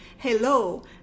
Hello